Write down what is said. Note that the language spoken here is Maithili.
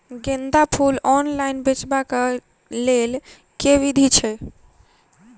गेंदा फूल ऑनलाइन बेचबाक केँ लेल केँ विधि छैय?